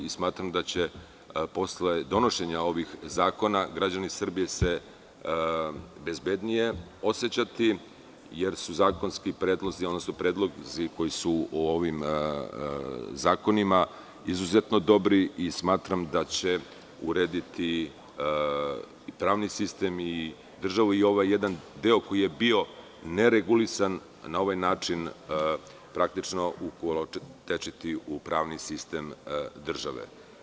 Smatram da će se posle donošenja ovih zakona građani Srbije bezbednije osećati jer su zakonski predlozi, odnosno predlozi koji su u ovim zakonima izuzetno dobri i smatram da će urediti pravni sistem i državu i ovaj jedan deo koji je bio neregulisan i na taj način ukolotečiti pravni sistem države.